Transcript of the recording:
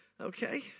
Okay